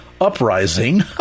Uprising